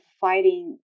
fighting